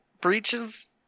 breaches